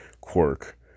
quirk